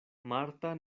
marta